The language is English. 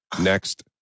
next